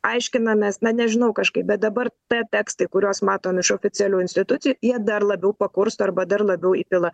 aiškinamės na nežinau kažkaip bet dabar t tekstai kuriuos matom iš oficialių institucijų jie dar labiau pakursto arba dar labiau įpila